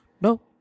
no